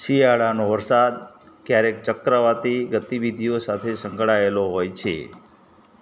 શિયાળાનો વરસાદ ક્યારેક ચક્રવાતી ગતિવિધિઓ સાથે સંકળાયેલો હોય છે